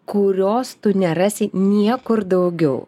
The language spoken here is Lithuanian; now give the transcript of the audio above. kurios tu nerasi niekur daugiau